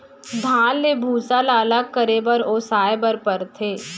धान ले भूसा ल अलग करे बर ओसाए बर परथे